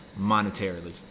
monetarily